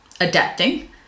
adapting